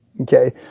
Okay